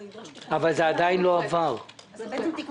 זה ידרוש תיקון חקיקה.